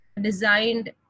designed